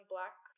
Black